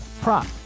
prop